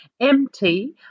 MT